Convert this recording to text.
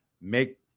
make